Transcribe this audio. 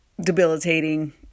debilitating